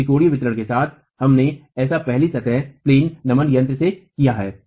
इस त्रिकोणीय वितरण के साथ हमने ऐसा पहले सतह नमन यंत्र से किया है